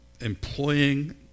employing